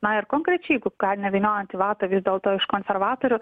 na ir konkrečiai jeigu ką nevyniojant į vatą vis dėlto iš konservatorių